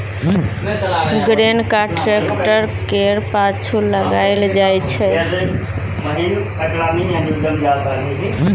grain cart tractor केर पाछु लगाएल जाइ छै